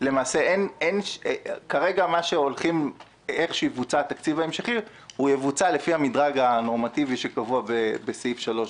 כרגע התקציב ההמשכי יבוצע לפי המדרג הנורמטיבי שקבוע בסעיף 3ב,